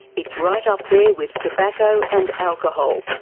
it's right up there with tobacco and alcohol.